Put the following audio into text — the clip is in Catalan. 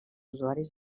usuaris